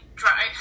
dry